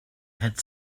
had